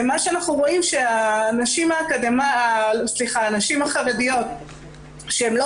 מה שאנחנו רואים שהנשים החרדיות שהן לא